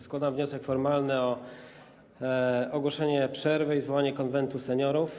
Składam wniosek formalny o ogłoszenie przerwy i zwołanie Konwentu Seniorów.